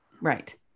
Right